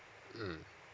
mm